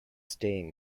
staying